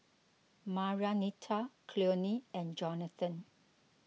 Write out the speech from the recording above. Marianita Cleone and Jonathan